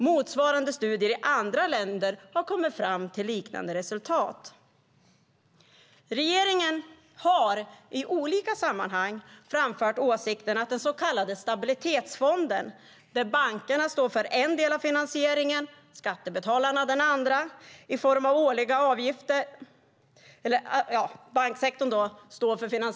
Motsvarande studier i andra länder har kommit fram till liknande resultat. Vad gäller den så kallade stabilitetsfonden står banksektorn för finansieringen genom årliga avgifter. Skattebetalarna gick in med pengar innan.